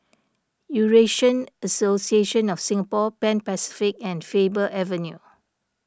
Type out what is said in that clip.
Eurasian Association of Singapore Pan Pacific and Faber Avenue